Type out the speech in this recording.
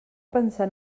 pensar